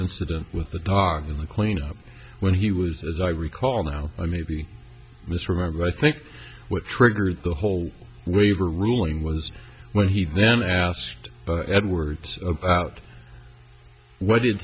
incident with the dog in the clean up when he was as i recall now i may be misremembering i think what triggered the whole waiver ruling was when he then asked edwards about what did